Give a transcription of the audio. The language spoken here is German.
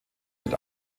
mit